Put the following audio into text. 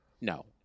No